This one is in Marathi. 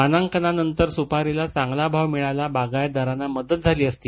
मानांकनानंतर सुपारीला चांगला भाव मिळायला बागायतदारांना मदत झाली असती